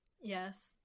yes